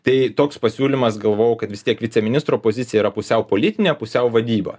tai toks pasiūlymas galvojau kad vis tiek viceministro pozicija yra pusiau politinė pusiau vadyba